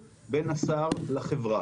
בן, הערתך נשמעה.